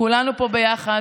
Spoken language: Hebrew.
כולנו פה ביחד,